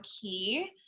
key